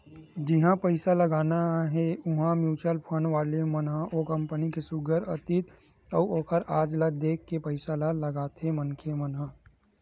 जिहाँ पइसा लगाना हे उहाँ म्युचुअल फंड वाले मन ह ओ कंपनी के सुग्घर अतीत अउ ओखर आज ल देख के पइसा ल लगाथे मनखे मन ह